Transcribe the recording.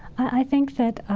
i think that